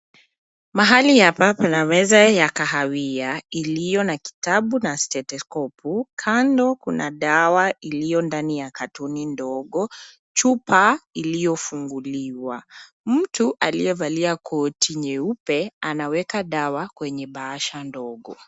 Mahali hapa pana meza ya kahawia iliyo na kitabu na stethoskopu. Kando kuna dawa iliyo ndani ya carton ndogo, chupa iliyofunguliwa. Mtu aliyevalia koti nyeupe anaweka dawa kwenye bahasha ndogo.